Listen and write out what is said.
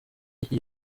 iki